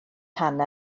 hannah